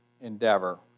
endeavor